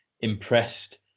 impressed